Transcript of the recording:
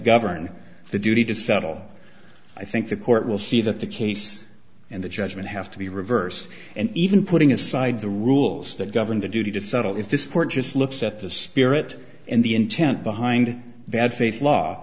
govern the duty to settle i think the court will see that the case and the judgment have to be reversed and even putting aside the rules that govern the duty to settle if this court just looks at the spirit and the intent behind bad faith law